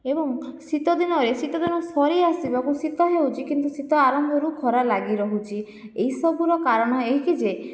ଏବଂ ଶୀତଦିନରେ ଶୀତଦିନ ସରି ଆସିବାକୁ ଶୀତ ହେଉଛି କିନ୍ତୁ ଶୀତ ଆରମ୍ଭରୁ ଖରା ଲାଗି ରହୁଛି ଏହିସବୁର କାରଣ ଏହିକି ଯେ